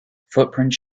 footprints